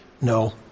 No